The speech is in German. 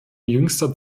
jüngster